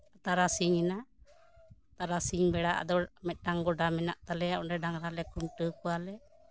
ᱛᱟᱨᱟᱥᱤᱧ ᱮᱱᱟ ᱛᱟᱨᱟᱥᱤᱧ ᱵᱮᱲᱟ ᱟᱫᱚ ᱢᱤᱫᱴᱟᱝ ᱜᱚᱰᱟ ᱢᱮᱱᱟᱜ ᱛᱟᱞᱮᱭᱟ ᱚᱸᱰᱮ ᱰᱟᱝᱨᱟᱞᱮ ᱠᱷᱩᱱᱴᱟᱹᱣ ᱠᱚᱣᱟᱞᱮ